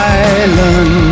island